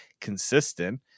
consistent